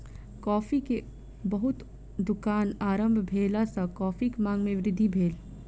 coffee के बहुत दुकान आरम्भ भेला सॅ कॉफ़ीक मांग में वृद्धि भेल